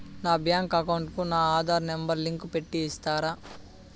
నా bank account కు నా ఆధార్ నెంబర్ లింకు పెట్టి ఇస్తారా?